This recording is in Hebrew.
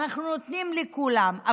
אנחנו נותנים לכולם.